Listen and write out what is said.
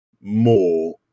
more